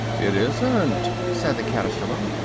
it isn't, said the caterpillar.